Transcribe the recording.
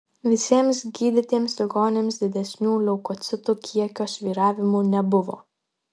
visiems gydytiems ligoniams didesnių leukocitų kiekio svyravimų nebuvo